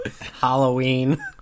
Halloween